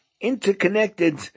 interconnected